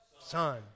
Son